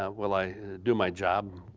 um will i do my job?